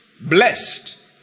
blessed